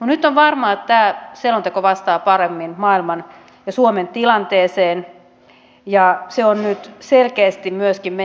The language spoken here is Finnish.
nyt on varmaa että tämä selonteko vastaa paremmin maailman ja suomen tilanteeseen ja se on nyt selkeästi myöskin